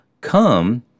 come